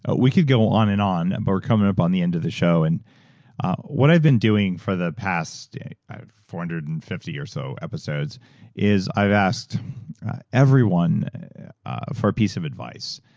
ah we could go on and on but we're coming up on the end of the show. and what i've been doing for the past four hundred and fifty or so episodes is i've asked everyone for a piece of advice.